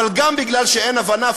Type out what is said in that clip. אבל גם מפני שאין הבנה,